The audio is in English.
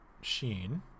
sheen